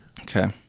okay